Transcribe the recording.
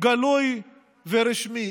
גלוי ורשמי.